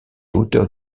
auteur